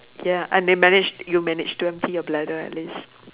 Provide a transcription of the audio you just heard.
ya and they managed and you managed to empty your bladder at least